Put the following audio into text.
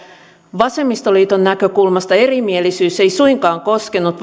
vasemmistoliiton näkökulmasta erimielisyys valiokunnassa ei suinkaan koskenut